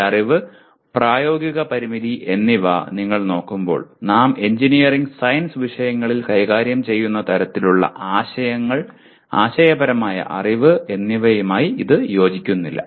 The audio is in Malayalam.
ഈ അറിവ് പ്രായോഗിക പരിമിതി എന്നിവ നിങ്ങൾ നോക്കുമ്പോൾ നാം എഞ്ചിനീയറിംഗ് സയൻസ് വിഷയങ്ങളിൽ കൈകാര്യം ചെയ്യുന്ന തരത്തിലുള്ള ആശയങ്ങൾ ആശയപരമായ അറിവ് എന്നിവയുമായി ഇത് യോജിക്കുന്നില്ല